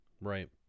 Right